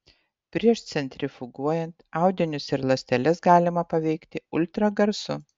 prieš centrifuguojant audinius ir ląsteles galima paveikti ultragarsu